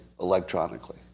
electronically